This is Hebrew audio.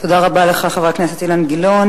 תודה רבה לך, חבר הכנסת אילן גילאון.